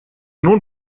nun